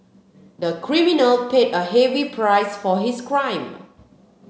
the criminal paid a heavy price for his crime